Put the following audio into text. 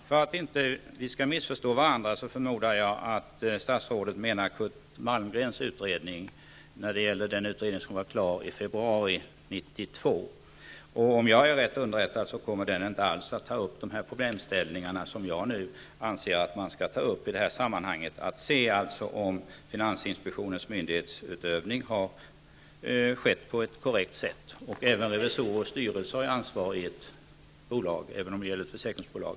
Fru talman! För att vi inte skall missförstå varandra, förmodar jag att statsrådet menar Kurt Malmgrens utredning, dvs. när det gäller den utredning som skall vara klar i februari 1992. Om jag är rätt underrättad, kommer den utredningen inte alls att ta upp de problemställningar som jag nu anser skall behandlas i sammanhanget. Det gäller att se om finansinspektionens myndighetsutövning har skett på ett korrekt sätt. Även revisorer och styrelse har ansvar i ett bolag -- som i det här fallet ett försäkringsbolag.